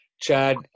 Chad